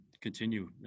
continue